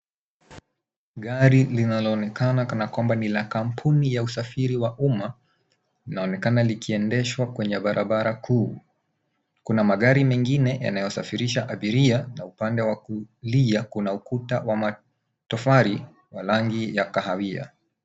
Gari linaloonekana kana kwamba ni la kampuni ya usafiri wa umma linaonekana likiendeshwa kwenye barabara kuu. Kuna magari mengine yanayosafirisha abiria na upande wa kulia, kuna ukuta wa matofali wa rangi ya kahawia.